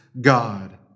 God